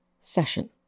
session